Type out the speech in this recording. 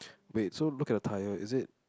wait so look at the tire is it